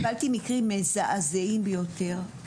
קיבלתי מקרים מזעזעים ביותר,